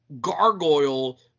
gargoyle